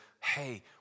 hey